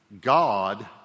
God